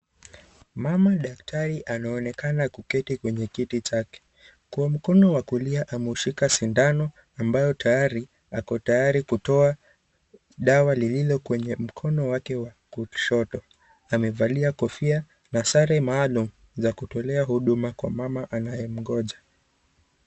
Mama daktari anaonekana kuketi kwenye kiti chake, kwa mkono wa kulia ameshika shindano ambayo tayari ako tayari kutoa dawa lililokwenye mkono wake wa kushoto, amevalia kofia na sare maalum za kutolea huduma kwa mama anayemngoja.